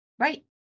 Right